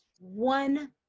one